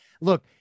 Look